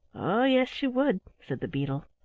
oh, yes you would, said the beetle.